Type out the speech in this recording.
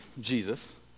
Jesus